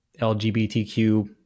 LGBTQ